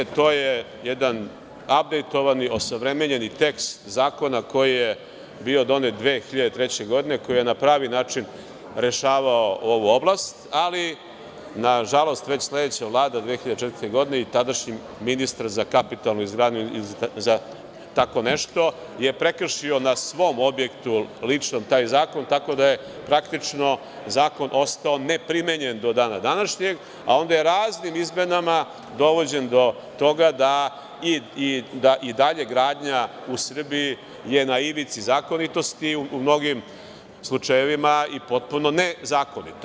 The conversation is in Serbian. To je jedan abdejtovani, osavremenjeni tekst zakona koji je bio donet 2003. godine koji je na pravi način rešavao ovu oblast, ali nažalost već sledeća Vlada 2004. godine i tadašnji ministar za kapitalno ili tako nešto je prekršio na svom objektu ličnom taj zakon, tako da je praktično zakon ostao neprimenjen do dana današnjeg, a onda je raznim izmenama dovođen do toga da i dalje gradnja u Srbiji je na ivici zakonitosti, u mnogim slučajevima i potpuno nezakonita.